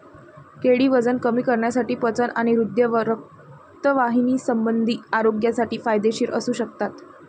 केळी वजन कमी करण्यासाठी, पचन आणि हृदय व रक्तवाहिन्यासंबंधी आरोग्यासाठी फायदेशीर असू शकतात